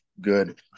good